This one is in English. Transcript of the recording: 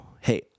Hey